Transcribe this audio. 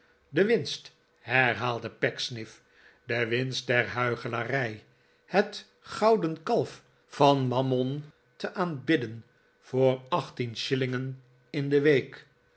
de winst herhaalde pecksniff de winst der huichelarij het gouden kalf van mammon te aanbidden voor achttien shillingen in de week